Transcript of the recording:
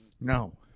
no